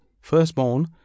firstborn